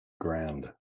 Grand